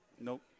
Nope